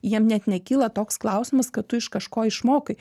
jiem net nekyla toks klausimas kad tu iš kažko išmokai